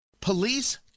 Police